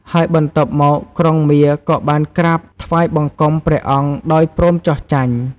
ហើយបន្ទាប់មក ក្រុងមារក៏បានក្រាបថ្វាយបង្គំព្រះអង្គដោយព្រមចុះចាញ់។